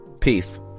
Peace